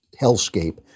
hellscape